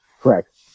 correct